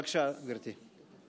בבקשה, גברתי.